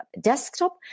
desktop